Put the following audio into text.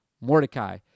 Mordecai